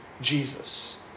Jesus